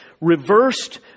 reversed